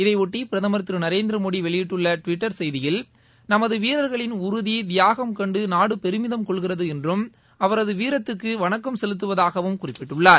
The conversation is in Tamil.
இதையொட்டி பிரதமர் நரேந்திரமோடி வெளியிட்டள்ள டுவிட்டர் செய்தியில் நமது வீரர்களின் உறுதி தியாகம் கண்டு நாடு பெருமிதம் கொள்கிறது என்றும் அவரது வீரத்துக்கு வணக்கம் செலுத்துவதாகவும் குறிப்பிட்டுள்ளார்